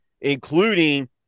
including